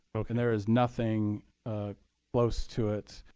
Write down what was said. and there is nothing close to it.